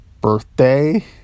birthday